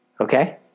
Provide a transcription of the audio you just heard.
Okay